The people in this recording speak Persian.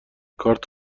کارت